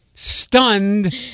Stunned